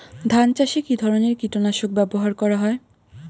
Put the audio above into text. ধান চাষে কী ধরনের কীট নাশক ব্যাবহার করা হয়?